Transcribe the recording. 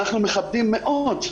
אנחנו מכבדים מאוד,